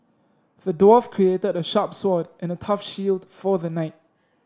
the dwarf a sharp sword and a tough shield for the knight